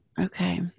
Okay